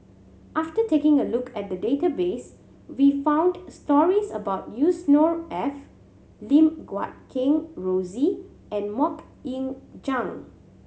after taking a look at the database we found stories about Yusnor Ef Lim Guat Kheng Rosie and Mok Ying Jang